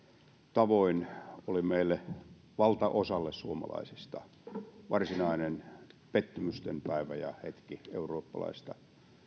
tavoin oli meille valtaosalle suomalaisista varsinainen pettymysten päivä ja hetki eurooppalaista